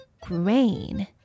grain